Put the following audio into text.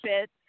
fit